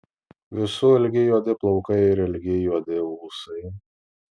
visų ilgi juodi plaukai ir ilgi juodi ūsai